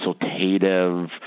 consultative